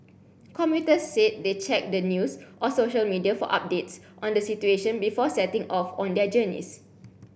commuters said they checked the news or social media for updates on the situation before setting off on their journeys